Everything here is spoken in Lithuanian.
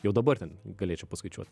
jau dabar ten galėčiau paskaičiuot